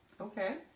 Okay